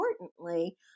importantly